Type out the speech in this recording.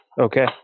Okay